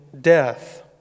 death